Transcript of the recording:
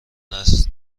نسل